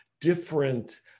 different